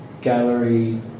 gallery